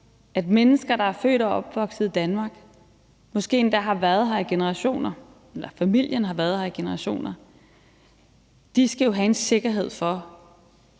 at mennesker, der er født og opvokset i Danmark, måske har en familie, der har været her i generationer, skal have en sikkerhed for,